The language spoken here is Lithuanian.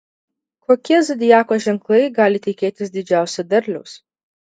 kokie zodiako ženklai gali tikėtis didžiausio derliaus